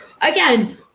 again